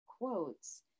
quotes